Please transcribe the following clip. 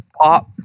pop